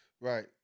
Right